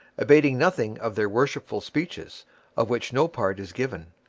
abating nothing of their worshipful speeches of which no part is given,